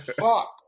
fuck